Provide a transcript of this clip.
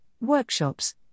workshops